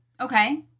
Okay